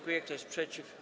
Kto jest przeciw?